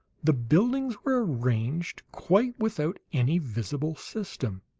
the buildings were arranged quite without any visible system.